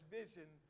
vision